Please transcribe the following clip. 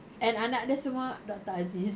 and anak dia semua doctor aziz